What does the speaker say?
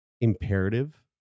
imperative